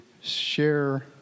share